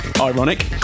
ironic